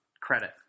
credit